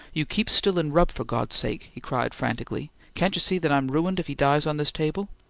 you keep still and rub, for god's sake, he cried, frantically. can't you see that i am ruined if he dies on this table?